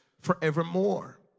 forevermore